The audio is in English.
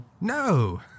no